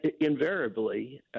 invariably